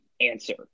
answer